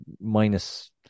minus